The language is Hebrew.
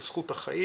אל מול זכות החיים.